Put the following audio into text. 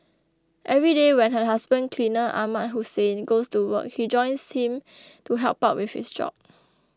every day when her husband cleaner Ahmad Hussein goes to work she joins him to help out with his job